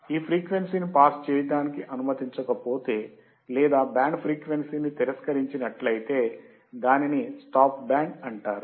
ఈ ఫ్రీక్వెన్సీని పాస్ చేయడానికి అనుమతించకపోతే లేదా బ్యాండ్ ఫ్రీక్వెన్సీని తిరస్కరించినట్లయితే దానిని స్టాప్ బ్యాండ్ అంటారు